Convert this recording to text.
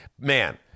Man